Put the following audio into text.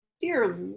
dear